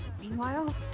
Meanwhile